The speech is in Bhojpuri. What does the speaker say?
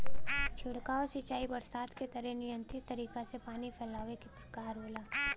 छिड़काव सिंचाई बरसात के तरे नियंत्रित तरीका से पानी फैलावे क प्रकार होला